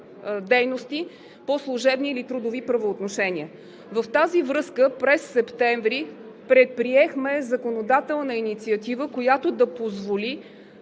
дейности по служебни или трудови правоотношения. В тази връзка през септември предприехме законодателна инициатива, която да позволи